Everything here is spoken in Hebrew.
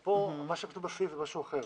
אבל מה שכתוב בסעיף זה משהו אחר